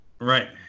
Right